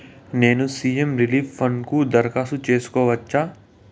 నేను CM relief fund కు దరఖాస్తు సేసుకోవచ్చా?